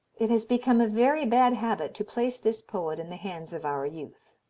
it has become a very bad habit to place this poet in the hands of our youth.